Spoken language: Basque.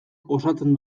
osatzen